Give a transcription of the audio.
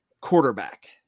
quarterback